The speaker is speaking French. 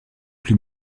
plus